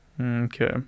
Okay